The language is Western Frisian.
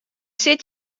sit